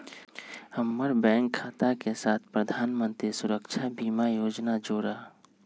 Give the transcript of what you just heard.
हम्मर बैंक खाता के साथ प्रधानमंत्री सुरक्षा बीमा योजना जोड़ा